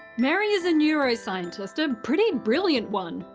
mary is a neuroscientist, a pretty brilliant one,